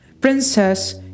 Princess